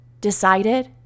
decided